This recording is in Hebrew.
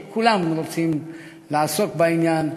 שכולם רוצים לעסוק בעניין,